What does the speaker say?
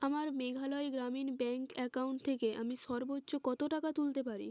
আমার Meghalaya Gramin bank account থেকে আমি সর্বোচ্চ কতো টাকা তুলতে পারি